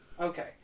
Okay